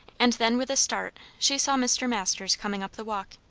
and then with a start she saw mr. masters coming up the walk.